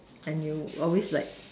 and you always like